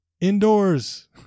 indoors